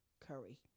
curry